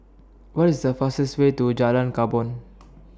What IS The fastest Way to Jalan Korban